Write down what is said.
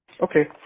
Okay